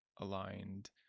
aligned